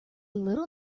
little